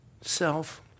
self